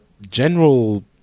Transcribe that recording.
general